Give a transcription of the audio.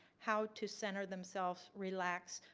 how to center themselves relax,